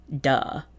duh